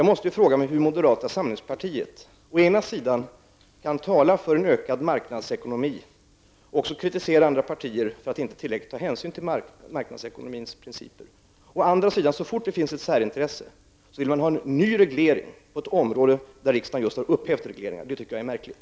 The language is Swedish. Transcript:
Jag frågar mig hur moderata samlingspartiet å ena sidan kan tala för en ökad marknadsekonomi och också kritisera andra partier för att de inte tillräckligt tar hänsyn till marknadsekonomins principer, och å andra sidan vill ha en ny reglering på ett område där riksdagen just har upphävt en reglering så fort det finns ett särintresse. Det tycker jag är märkligt.